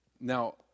Now